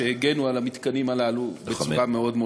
שהגנו על המתקנים הללו בצורה מוצלחת מאוד.